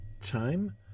time